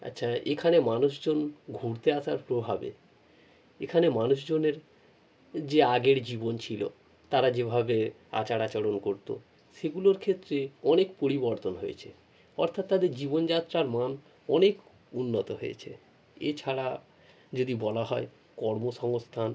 আচ্ছা এখানে মানুষজন ঘুরতে আসার প্রভাবে এখানে মানুষজনের যে আগের জীবন ছিলো তারা যেভাবে আচার আচরণ করতো সেগুলোর ক্ষেত্রে অনেক পরিবর্তন হয়েছে অর্থাৎ তাদের জীবনযাত্রার মান অনেক উন্নত হয়েছে এছাড়া যদি বলা হয় কর্ম সংস্থান